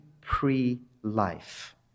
pre-life